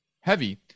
heavy